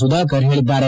ಸುಧಾಕರ್ ಹೇಳಿದ್ದಾರೆ